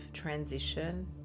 transition